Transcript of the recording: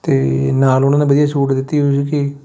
ਅਤੇ ਨਾਲ ਉਹਨਾਂ ਨੇ ਵਧੀਆ ਛੂਟ ਦਿੱਤੀ ਹੋਈ ਸੀਗੀ